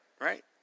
Right